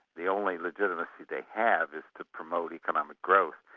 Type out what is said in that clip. the only legitimacy they have is to promote economic growth,